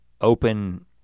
open